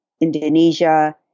Indonesia